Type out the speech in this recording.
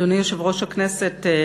אדוני יושב-ראש הכנסת,